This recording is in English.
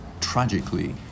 tragically